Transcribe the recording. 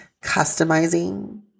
customizing